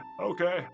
okay